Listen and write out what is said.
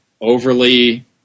overly